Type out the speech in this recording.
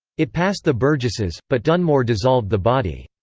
it passed the burgesses, but dunmore dissolved the body.